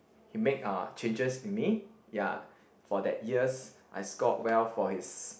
he make uh changes in me ya for that years I scored well for his